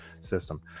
system